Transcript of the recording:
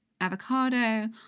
avocado